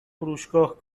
فروشگاه